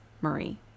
Marie